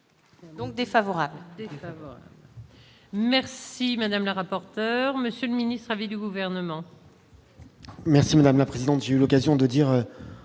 Donc défavorable. Merci madame la rapporteur, Monsieur le Ministre à vie du gouvernement. Merci madame la présidente, j'ai eu l'occasion de dire